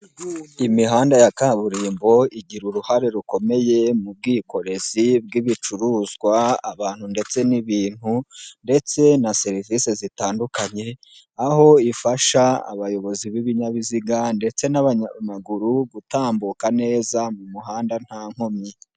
Imihanda ya kaburimbo igira uruhare rukomeye mu bwikorezi bw'ibicuruzwa abantu ndetse n'ibintu ndetse na serivise zitandukanye, aho ifasha abayobozi b'ibinyabiziga ndetse n'abanyamaguru gutambuka neza mu muhanda nta nkomyi.